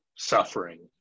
suffering